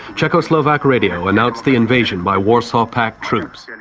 czechoslovak radio announced the invasion by warsaw pact troops.